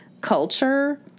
culture